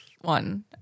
one